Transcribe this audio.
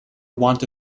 want